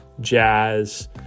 jazz